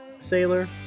sailor